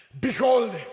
behold